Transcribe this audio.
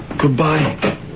Goodbye